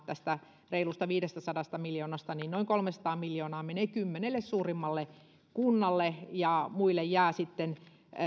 tästä reilusta viidestäsadasta miljoonasta noin kolmesataa miljoonaa menee kymmenelle suurimmalle kunnalle ja muille jää sitten